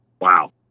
wow